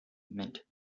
mint